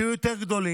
שיהיו יותר גדולים,